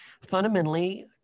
fundamentally